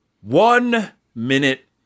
one-minute